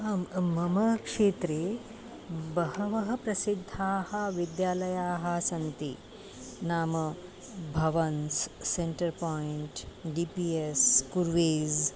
आं मम क्षेत्रे बहवः प्रसिद्धाः विद्यालयाः सन्ति नाम Bhavans centre point D P S कुर्वेज़्